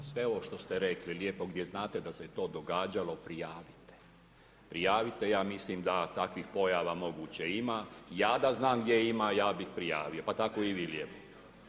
A sve ovo što ste rekli lijepog je znate da se događalo, prijavite, prijavite, ja mislim da takvih pojava moguće ima, ja da znam gdje ima, ja bih prijavio, pa tako i vi lijepo.